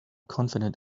confident